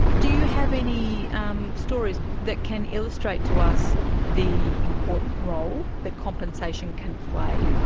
do you have any um stories that can illustrate to us the important role that compensation can play?